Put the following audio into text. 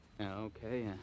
Okay